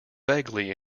vaguely